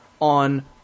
on